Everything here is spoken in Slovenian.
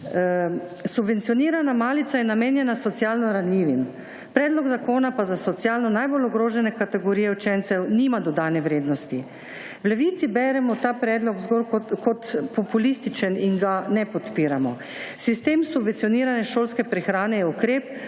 Subvencionirana malica je namenjena socialno ranljivim, predlog zakona pa za socialno najbolj ogrožene kategorije učencev nima dodane vrednosti. V Levici beremo ta predlog zgolj kot populističen in ga ne podpiramo. Sistem subvencioniranja šolske prehrane je ukrep,